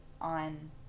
on